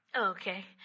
Okay